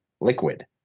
liquid